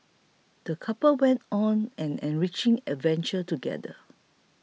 the couple went on an enriching adventure together